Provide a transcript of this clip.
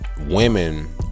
women